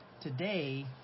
Today